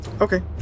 Okay